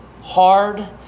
hard